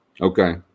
okay